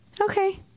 Okay